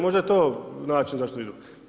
Možda je to način zašto idu.